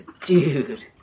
dude